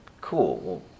cool